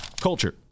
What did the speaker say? Culture